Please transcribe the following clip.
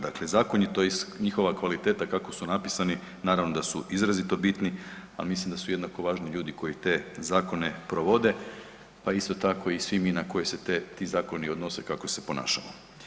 Dakle zakon tj. njihova kvaliteta kako su napisani naravno da su izrazito bitno, ali mislim da su jednako važni ljudi koji te zakone provode, pa isto tako i svi mi na koje se ti zakoni odnose kako se ponašamo.